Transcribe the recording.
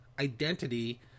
identity